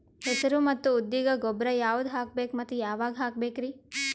ಹೆಸರು ಮತ್ತು ಉದ್ದಿಗ ಗೊಬ್ಬರ ಯಾವದ ಹಾಕಬೇಕ ಮತ್ತ ಯಾವಾಗ ಹಾಕಬೇಕರಿ?